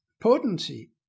potency